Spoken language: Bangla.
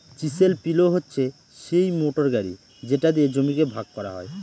চিসেল পিলও হচ্ছে সিই মোটর গাড়ি যেটা দিয়ে জমিকে ভাগ করা হয়